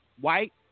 white